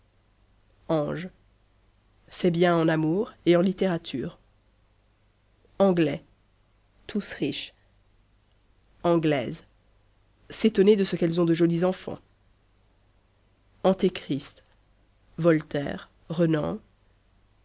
ange fait bien en amour et en littérature anglais tous riches anglaises s'étonner de ce qu'elles ont de jolis enfants antéchrist voltaire renan